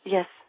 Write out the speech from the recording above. Yes